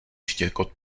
štěkot